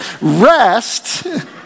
Rest